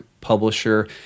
publisher